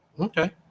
Okay